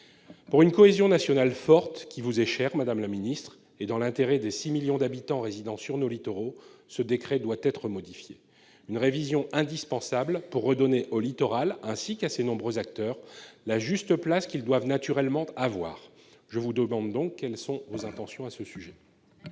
Pour une cohésion nationale forte, qui vous est chère, madame la ministre, et dans l'intérêt des 6 millions d'habitants résidant sur nos littoraux, ce décret doit être modifié. Une révision indispensable pour redonner au littoral, ainsi qu'à ses nombreux acteurs, la juste place qu'ils doivent naturellement avoir. Quelles sont donc vos intentions à ce sujet ?